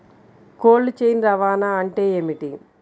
Cold chain రవాణా అంటే ఏమిటీ?